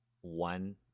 one